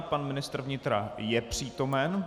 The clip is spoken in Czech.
Pan ministr vnitra je přítomen.